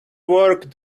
work